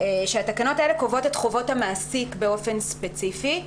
שהתקנות האלה קובעות את חובות המעסיק באופן ספציפי.